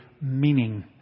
meaning